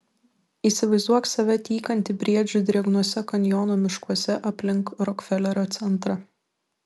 įsivaizduok save tykantį briedžių drėgnuose kanjono miškuose aplink rokfelerio centrą